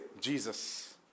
Jesus